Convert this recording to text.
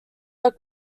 are